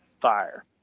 Fire